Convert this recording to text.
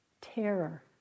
terror